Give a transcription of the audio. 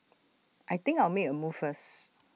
I think I'll make A move first